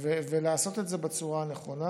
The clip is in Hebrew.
ולעשות את זה בצורה הנכונה.